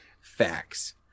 Facts